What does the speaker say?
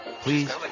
Please